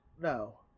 No